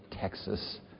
Texas